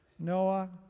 Noah